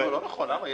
לא נכון, למה?